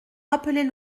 rappeler